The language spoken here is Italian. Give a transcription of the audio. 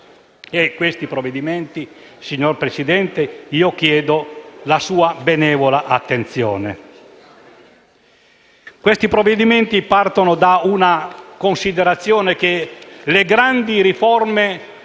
I provvedimenti partono dalla considerazione che le grandi riforme,